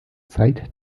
zeit